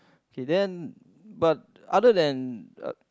K then but other than uh